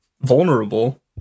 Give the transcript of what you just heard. Vulnerable